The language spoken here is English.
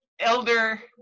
elder